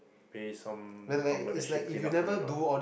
pay some Bangladeshis paint up for you ah